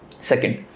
Second